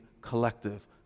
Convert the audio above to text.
collective